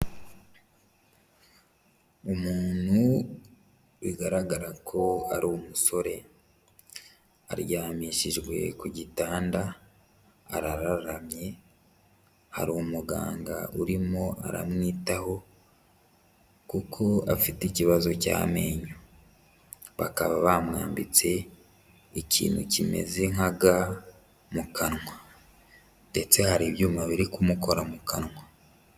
Umuntu bigaragara ko ari umusore, aryamishijwe ku gitanda arararamye, hari umuganga urimo aramwitaho kuko afite ikibazo cy'amenyo, bakaba bamwambitse ikintu kimeze nka ga mu kanwa ndetse hari ibyuma biri kumukora mu kanwa.